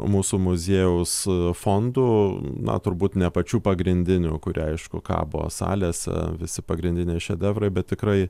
mūsų muziejaus fondų na turbūt ne pačių pagrindinių kurie aišku kabo salėse visi pagrindiniai šedevrai bet tikrai